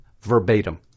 verbatim